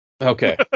Okay